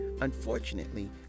Unfortunately